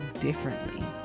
differently